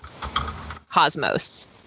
cosmos